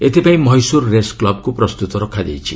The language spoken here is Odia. ଏଥିପାଇଁ ମହୀଶ୍ୱର ରେସ୍ କ୍ଲବ୍କୁ ପ୍ରସ୍ତୁତ କରାଯାଇଛି